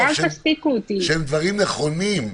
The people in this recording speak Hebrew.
שהם דברים נכונים,